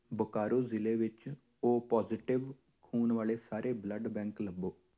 ਬੋਕਾਰੋ ਜ਼ਿਲ੍ਹੇ ਵਿੱਚ O positive ਖੂਨ ਵਾਲੇ ਸਾਰੇ ਬਲੱਡ ਬੈਂਕ ਲੱਭੋ